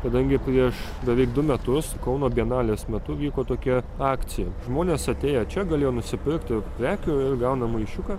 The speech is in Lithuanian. kadangi prieš beveik du metus kauno bienalės metu vyko tokia akcija žmonės atėję čia galėjo nusipirkti prekių ir gauna maišiuką